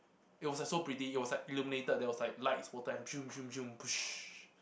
it was like so pretty it was like illuminated there was like lights water and